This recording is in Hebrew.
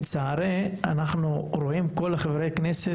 לצערי, אנחנו רואים את כל חברי הכנסת